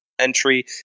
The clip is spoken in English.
Entry